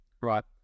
right